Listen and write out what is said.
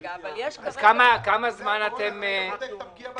לולא הקורונה לא היית בודק את הפגיעה?